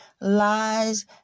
lies